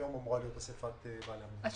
והיום אמורה להיות אסיפת בעלי המניות.